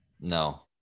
no